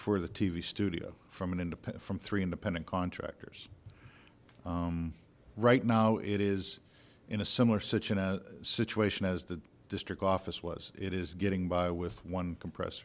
for the t v studio from an independent from three independent contractors right now it is in a similar such a situation as the district office was it is getting by with one compress